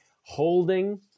holding